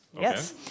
Yes